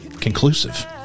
conclusive